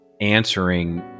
answering